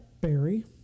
berry